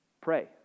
Pray